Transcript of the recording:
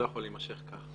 לא יכול להימשך כך.